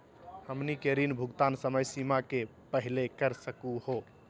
हमनी के ऋण भुगतान समय सीमा के पहलही कर सकू हो?